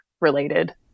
related